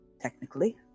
technically